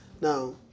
Now